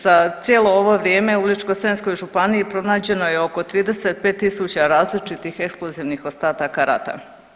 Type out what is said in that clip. Za cijelo ovo vrijeme u Ličko-senjskoj županiji pronađeno je oko 35000 različitih eksplozivnih ostataka rata.